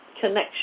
connection